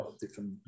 different